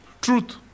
Truth